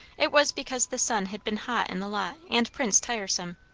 it was because the sun had been hot in the lot and prince tiresome.